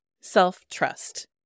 self-trust